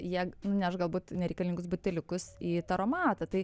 jie neš galbūt nereikalingus buteliukus į taromatą tai